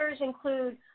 include